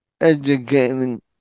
educating